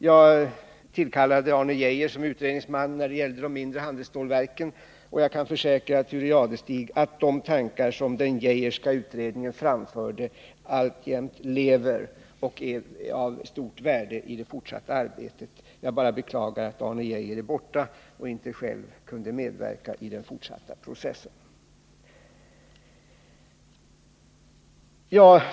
Jag tillkallade Arne Geijer som utredningsman när det gällde de mindre handelsstålverken, och jag kan försäkra Thure Jadestig att de tankar som den Geijerska utredningen framförde alltjämt lever och är av stort värde i det fortsatta arbetet. Jag bara beklagar att Arne Geijer är borta och inte själv kunde medverka i den fortsatta processen.